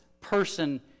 person